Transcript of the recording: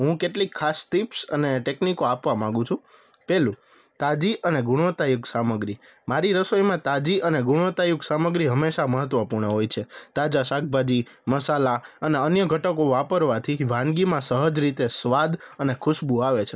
હું કેટલીક ખાસ ટીપ્સ અને ટેકનિકો આપવા માંગુ છું પહેલું તાજી અને ગુણવત્તા એક સામગ્રી મારી રસોઈમાં તાજી અને ગુણવત્તાયુક્ત સામગ્રી હંમેશા મહત્વપૂર્ણ હોય છે તાજા શાકભાજી મસાલા અને અન્ય ઘટકો વાપરવાથી વાનગીમાં સહજ રીતે સ્વાદ અને ખુશ્બુ આવે છે